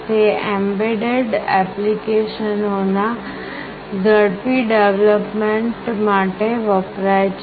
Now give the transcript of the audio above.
તે એમ્બેડેડ ઍપ્લિકેશનોના ઝડપી ડેવલપમેન્ટ માટે વપરાય છે